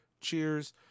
Cheers